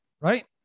right